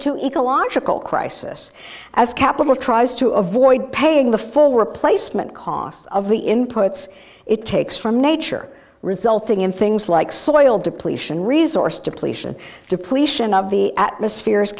to ecological crisis as capital tries to avoid paying the full replacement costs of the inputs it takes from nature resulting in things like soil depletion resorts depletion depletion of the atmosphere